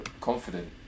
confident